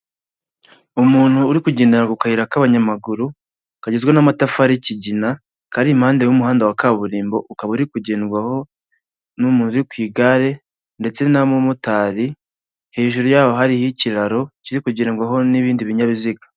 Umuntu uri kugendera ku kayira k'abanyamaguru, kagizwe n'amatafari y'ikigina, kari impande y'umuhanda wa kaburimbo, ukaba uri kugendwaho n'umuntu uri ku igare, ndetse n'abamotari, hejuru yaho hari ikiraro kiri kugendwaho n'ibindi binyabiziga.